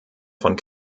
von